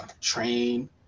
train